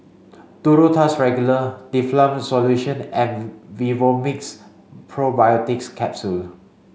Duro Tuss Regular Difflam Solution and Vivomixx Probiotics Capsule